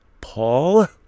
Paul